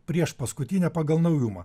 priešpaskutinė pagal naujumą